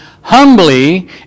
humbly